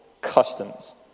customs